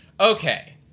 Okay